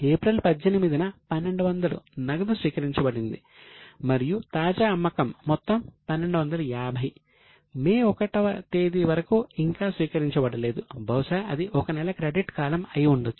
April 18 న 1200 నగదు స్వీకరించబడింది మరియు తాజా అమ్మకం మొత్తం 1250 మే 1 వ తేదీ వరకు ఇంకా స్వీకరించబడలేదు బహుశా అది 1 నెల క్రెడిట్ కాలం అయిఉండొచ్చు